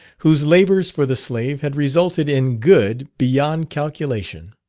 whose labours for the slave had resulted in good beyond calculation.